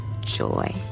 joy